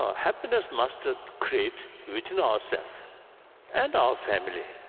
happiness must ah create within ourselves and our family.